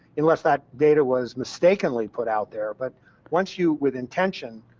unless that data was mistakenly put out there, but once you, with intention,